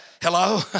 Hello